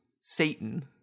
Satan